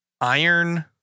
Iron